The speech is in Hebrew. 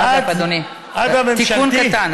אגב, אדוני, תיקון קטן.